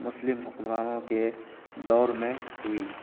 مسلم حکمرانوں کے دور میں ہوئی